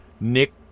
nick